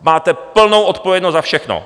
Máte plnou odpovědnost za všechno.